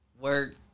Work